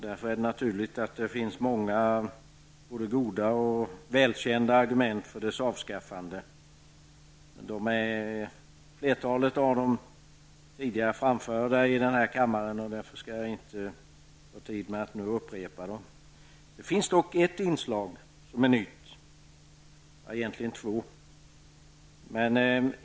Därför är det naturligt att det finns många både goda och välkända argument för dess avskaffande, men flertalet av dem är tidigare framförda i denna kammare och därför skall jag inte ta upp tid med att upprepa dem. Det finns dock ett inslag som är nytt; ja, egentligen två.